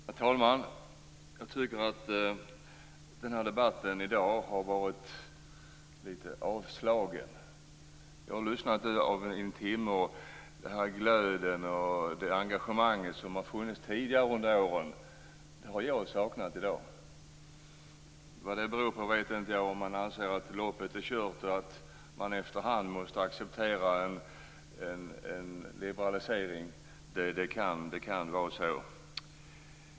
Herr talman! Jag tycker att debatten här i dag har varit litet avslagen. Jag har lyssnat i en timme. Den glöd och det engagemang som har funnits tidigare år har jag saknat i dag. Vad det beror på vet jag inte. Man kanske anser att loppet är kört och att man efter hand måste acceptera en liberalisering. Det kan vara så.